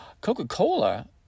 Coca-Cola